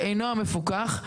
שאינו המפוקח,